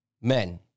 men